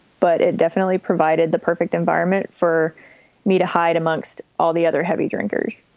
but it definitely provided the perfect environment for me to hide amongst all the other heavy drinkers.